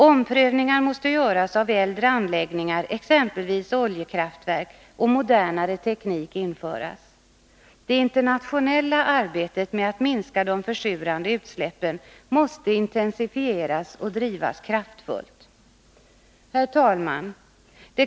Omprövningar måste göras av äldre anläggningar, exempelvis oljekraftverk, och modernare teknik införas. Det internationella arbetet med att minska de försurande utsläppen måste intensifieras och drivas kraftfullt. Herr talman!